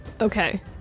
okay